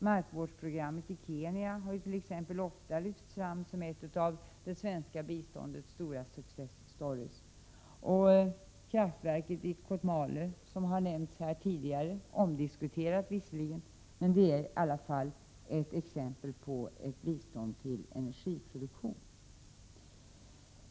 Markvårdsprogrammet i Kenya har t.ex. ofta lyfts fram som en av det svenska biståndets stora ”success stories”. Kraftverket i Kotmale, som har nämnts här tidigare, är visserligen omdiskuterat men i alla fall ett exempel på bistånd till energiproduktion.